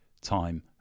time